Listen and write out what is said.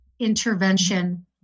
intervention